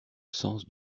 sens